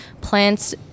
plants